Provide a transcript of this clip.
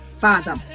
Father